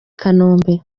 kanombe